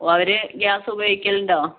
our gas ഉപയോഗിക്കലുണ്ടോ